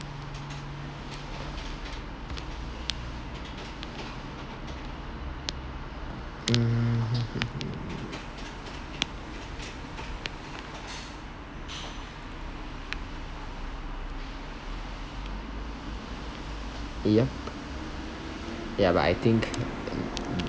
mm hmm hmm yup yeah but I think mm